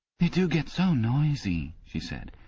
they do get so noisy she said.